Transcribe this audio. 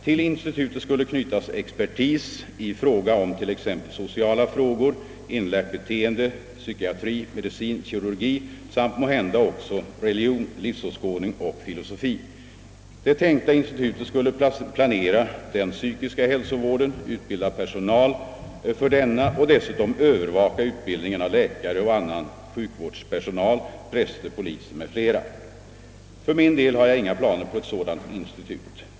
Till institutet skulle knytas »expertis i fråga om t.ex. sociala frågor, inlärt beteende, psykiatri, medicin, kirurgi samt måhända också religion, livsåskådning och filosofi». Det tänkta institutet skulle planera den psykiska hälsovården, utbilda personal för denna och dessutom övervaka utbildningen av läkare och annan sjukvårdspersonal, präster, poliser m.fl. För min del har jag inga planer på ett sådant institut.